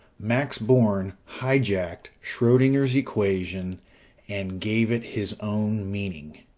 max born hijacked schrodinger's equation and gave it his own meaning.